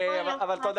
תודה.